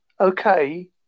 okay